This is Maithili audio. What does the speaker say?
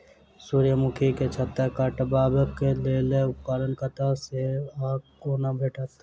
सूर्यमुखी केँ छत्ता काटबाक लेल उपकरण कतह सऽ आ कोना भेटत?